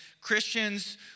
Christians